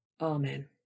Amen